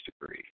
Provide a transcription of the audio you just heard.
degree